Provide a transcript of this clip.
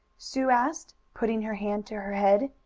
sue asked, putting her hand to her head.